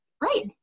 Right